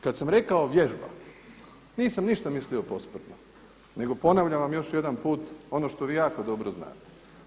Kad sam rekao vježba, nisam ništa mislio posprdno, nego ponavljam vam još jedan put ono što vi jako dobro znate.